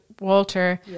Walter